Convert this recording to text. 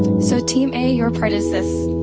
so team a, your part is this.